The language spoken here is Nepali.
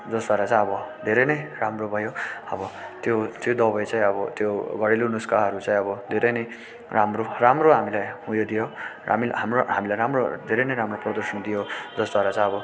जसद्वारा चाहिँ अब धेरै नै राम्रो भयो अब त्यो चाहिँ दबाई चाहिँ अब त्यो घरेलु नुस्खाहरू चाहिँ अब धेरै नै राम्रो राम्रो हामीलाई उयो दियो र हामी हाम्रो हामीलाई राम्रो धेरै नै राम्रो प्रदर्शन दियो जसद्वारा चाहिँ अब